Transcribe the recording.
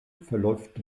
verläuft